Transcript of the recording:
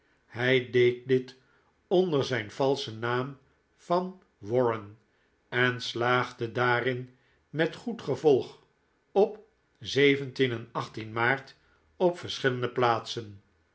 hij deed dit onder zijn valschen naam van warren en slaagde daarin met goed gevolg op en maart op verschillende plaatsen